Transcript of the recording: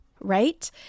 right